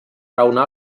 raonar